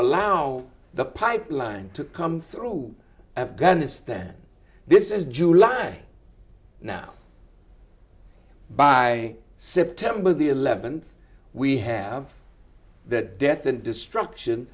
allow the pipeline to come through afghanistan this is july now by september the eleventh we have the death and destruction